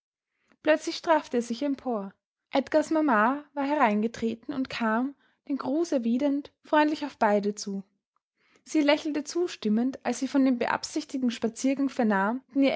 plötzlich straffte er sich empor edgars mama war hereingetreten und kam den gruß erwidernd freundlich auf beide zu sie lächelte zustimmend als sie von dem beabsichtigten spaziergang vernahm